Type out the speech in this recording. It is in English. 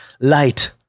light